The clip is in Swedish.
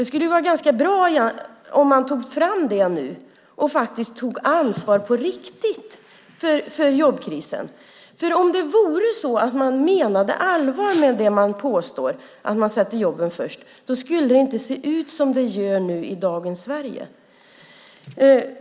Det skulle vara bra om man gjorde det och tog ansvar för jobbkrisen. Om Anders Borg menade allvar med att sätta jobben först skulle det inte se ut som det gör i dagens Sverige.